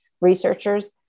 researchers